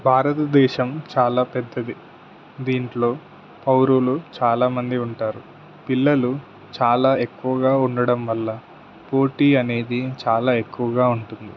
భారతదేశం చాలా పెద్దది దీంట్లో పౌరులు చాలామంది ఉంటారు పిల్లలు చాలా ఎక్కువగా ఉండడం వల్ల పోటీ అనేది చాలా ఎక్కువగా ఉంటుంది